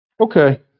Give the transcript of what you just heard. Okay